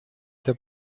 эта